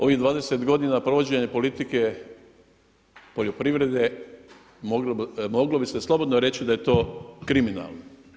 Ovih 20 godina provođenja politike poljoprivrede moglo bi se slobodno reći da je to kriminalno.